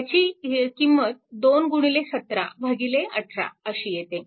त्याची किंमत 2 गुणिले 17 भागिले 18 अशी येते